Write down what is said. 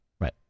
Right